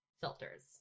filters